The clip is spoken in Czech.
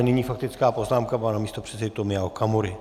Nyní faktická poznámka pana místopředsedy Tomia Okamury.